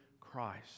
Christ